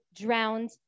drowned